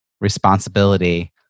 responsibility